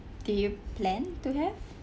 do you plan to have